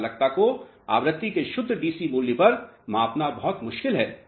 चालकता को आवृत्ति के शुद्ध डीसी मूल्य पर मापना बहुत मुश्किल है